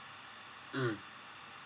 mm